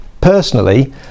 personally